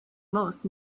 most